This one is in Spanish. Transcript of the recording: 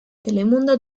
telemundo